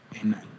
Amen